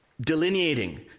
delineating